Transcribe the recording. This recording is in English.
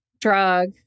drug